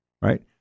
right